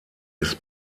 ist